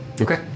Okay